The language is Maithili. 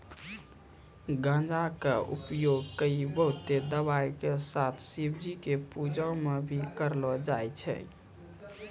गांजा कॅ उपयोग कई बहुते दवाय के साथ शिवजी के पूजा मॅ भी करलो जाय छै